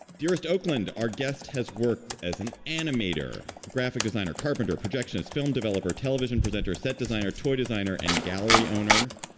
dearest oakland, our guest has worked as an animator, graphic designer, carpenter projections, film developer, television presenter, set designer, toy designer and gallery owner.